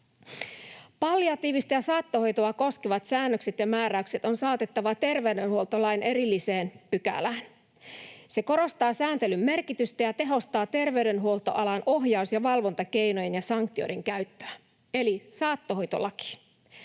Palliatiivista ja saattohoitoa koskevat säännökset ja määräykset on saatettava terveydenhuoltolain erilliseen pykälään. Se korostaa sääntelyn merkitystä ja tehostaa terveydenhuoltoalan ohjaus- ja valvontakeinojen ja sanktioiden käyttöä — eli saattohoitolaki.